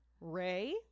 Ray